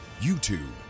YouTube